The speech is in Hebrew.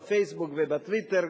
ב"פייסבוק" וב"טוויטר",